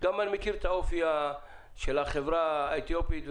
גם אני מכיר את האופי של החברה האתיופית,